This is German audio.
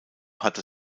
hatte